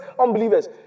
unbelievers